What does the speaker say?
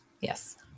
Yes